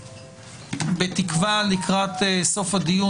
בתקווה לקראת סוף הדיון